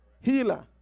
healer